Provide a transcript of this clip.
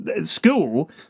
school